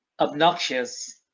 obnoxious